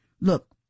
Look